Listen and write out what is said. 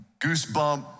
goosebump